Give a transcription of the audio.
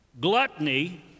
gluttony